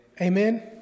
Amen